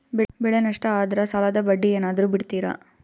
ಬೆಳೆ ನಷ್ಟ ಆದ್ರ ಸಾಲದ ಬಡ್ಡಿ ಏನಾದ್ರು ಬಿಡ್ತಿರಾ?